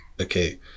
okay